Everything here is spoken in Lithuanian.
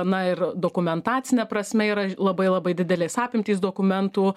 na ir dokumentacine prasme yra labai labai didelės apimtys dokumentų